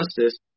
justice